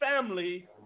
family